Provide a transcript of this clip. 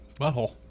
butthole